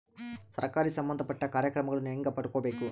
ಸರಕಾರಿ ಸಂಬಂಧಪಟ್ಟ ಕಾರ್ಯಕ್ರಮಗಳನ್ನು ಹೆಂಗ ಪಡ್ಕೊಬೇಕು?